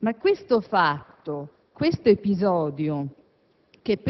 che questo caso inevitabilmente suscita.